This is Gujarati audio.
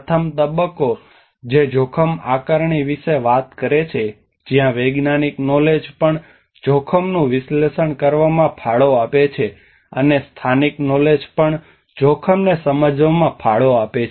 પ્રથમ તબક્કો જે જોખમ આકારણી વિશે વાત કરે છે જ્યાં વૈજ્ઞાનિક નોલેજ પણ જોખમનું વિશ્લેષણ કરવામાં ફાળો આપે છે અને સ્થાનિક નોલેજ પણ જોખમને સમજવામાં ફાળો આપે છે